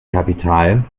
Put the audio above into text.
kapital